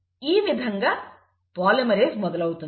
ఈ విధంగా పాలిమరేస్ మొదలవుతుంది